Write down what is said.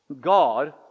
God